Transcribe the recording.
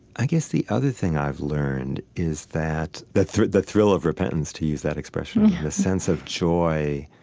i guess the other thing i've learned is that the thrill the thrill of repentance, to use that expression, yeah, the sense of joy,